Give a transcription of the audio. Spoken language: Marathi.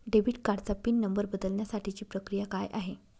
डेबिट कार्डचा पिन नंबर बदलण्यासाठीची प्रक्रिया काय आहे?